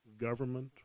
government